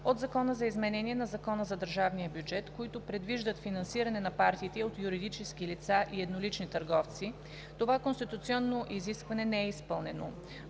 от Закона за изменение на Закона за държавния бюджет, които предвиждат финансиране на партиите от юридически лица и еднолични търговци, това конституционно изискване не е изпълнено.